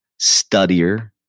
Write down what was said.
studier